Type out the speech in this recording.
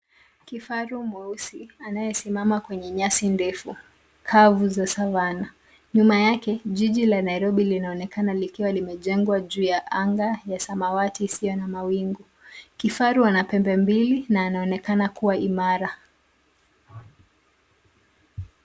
Kifaru mweusi, anayesimama kwenye nyasi ndefu, kavu za savana. Nyuma yake, jiji la Nairobi linaonekana likiwa limejengwa juu ya anga ya samawati isiyo na mawingu. Kifaru ana pembe mbili na anaonekana kuwa imara.